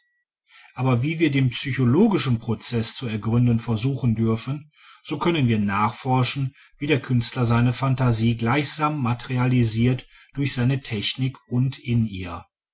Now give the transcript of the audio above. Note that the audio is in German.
aber wie wir den physiologischen prozeß zu ergründen versuchen dürfen so können wir nachforschen wie der künstler seine phantasie gleichsam materialisiert durch seine technik und in ihr